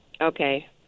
Okay